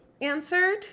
answered